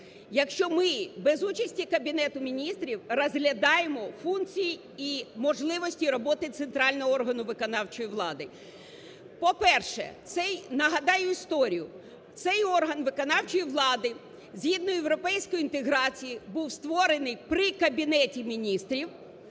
якщо ми без участі Кабінету Міністрів розглядаємо функції і можливості роботи центрального органу виконавчої влади. По-перше, цей… Нагадаю історію. Цей орган виконавчої влади згідно європейської інтеграції був створений при Кабінеті Міністрів